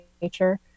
nature